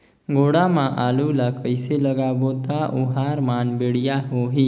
गोडा मा आलू ला कइसे लगाबो ता ओहार मान बेडिया होही?